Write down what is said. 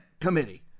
committee